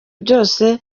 byose